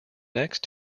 next